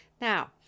Now